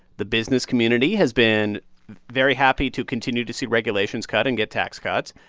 the business community has been very happy to continue to see regulations cut and get tax cuts,